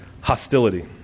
hostility